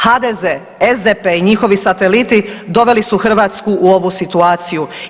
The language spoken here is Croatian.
HDZ, SDP i njihovi sateliti doveli su Hrvatsku u ovu situaciju.